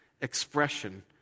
expression